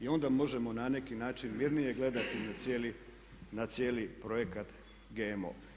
I onda možemo na neki način mirnije gledati na cijeli projekt GMO.